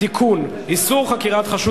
הצעת חוק